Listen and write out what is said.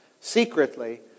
secretly